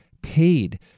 paid